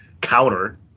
counter